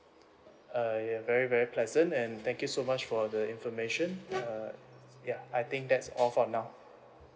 err ya very very pleasant and thank you so much for the information err ya I think that's all for now